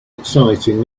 exciting